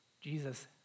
Jesus